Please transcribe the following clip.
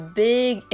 big